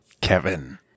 Kevin